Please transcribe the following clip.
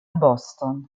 boston